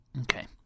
Okay